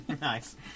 Nice